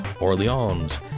Orleans